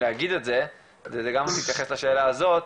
להגיד את זה וזה גם מתייחס לשאלה הזאת,